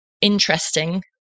interesting